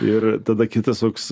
ir tada kitas toks